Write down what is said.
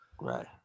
Right